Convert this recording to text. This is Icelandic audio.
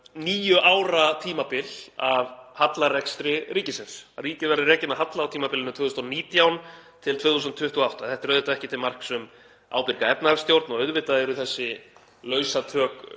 níu ára tímabil af hallarekstri ríkisins. Ríkið er rekið með halla á tímabilinu 2019–2028. Þetta er ekki til marks um ábyrga efnahagsstjórn og auðvitað eru þessi lausatök